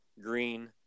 green